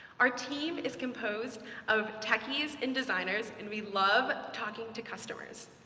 our team is composed of techies and designers, and we love talking to customers.